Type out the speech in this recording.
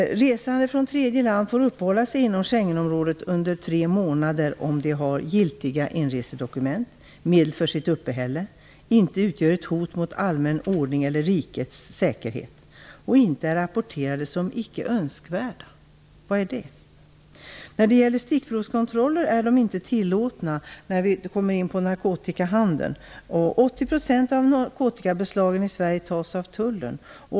Schengenområdet under tre månader om de har giltiga inresedokument och medel för sitt uppehälle, inte utgör ett hot mot allmän ordning eller rikets säkerhet och inte är rapporterade som icke önskvärda. Vad är det? När det gäller narkotikahandeln kan sägas att stickprovskontroller inte är tillåtna. 80 % av narkotikabeslagen i Sverige görs av Tullen.